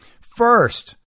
First